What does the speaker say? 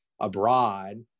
abroad